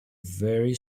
very